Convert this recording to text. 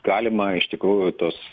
galima iš tikrųjų tuos